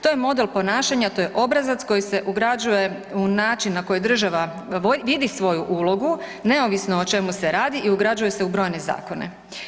To je model ponašanja, to je obrazac koji se ugrađuje u način na koji država vidi svoju ulogu neovisno o čemu se radi i ugrađuje se u brojne zakone.